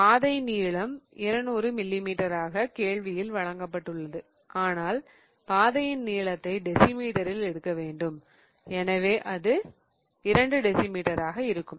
பாதை நீளம் 200 மில்லிமீட்டராக கேள்வியில் வழங்கப்பட்டுள்ளது ஆனால் பாதையின் நீளத்தை டெசிமீட்டரில் எடுக்க வேண்டும் எனவே அது 2 டெசிமீட்டராக இருக்கும்